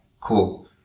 cool